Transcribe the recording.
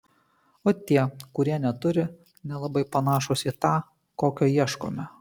o tie kurie neturi nelabai panašūs į tą kokio ieškome